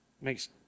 makes